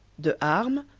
de arme,